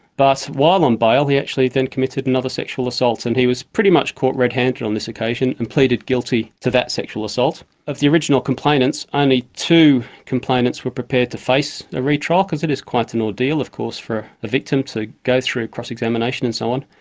but while on bail he actually then committed another sexual assault, and he was pretty much caught red-handed on this occasion and pleaded guilty to that sexual assault. of the original complainants, only two complainants were prepared to face a retrial, because it is quite an ordeal, of course, for a victim to go through cross-examination and so on.